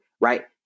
right